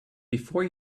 before